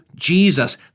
Jesus